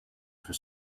for